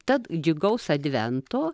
tad džiugaus advento